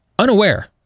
Unaware